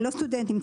לא סטודנטים,